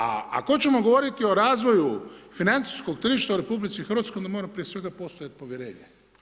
A ako hoćemo govoriti o razvoju financijskog tržišta u Republici Hrvatskoj onda mora prije svega postojati povjerenje.